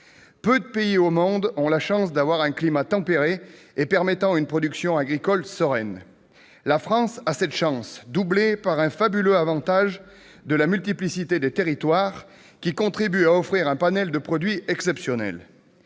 Peu de pays au monde ont la chance d'avoir un climat tempéré et permettant une production agricole sereine. La France a cette chance, doublée par le fabuleux avantage de la multiplicité de ses territoires, qui contribue à offrir un panel de produits exceptionnels.